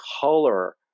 color